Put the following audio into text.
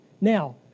Now